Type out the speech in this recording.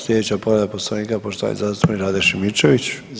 Slijedeća povreda Poslovnika poštovani zastupnik Rade Šimičević.